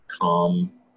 calm